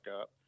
up